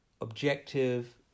objective